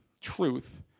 truth